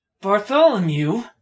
Bartholomew